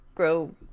grow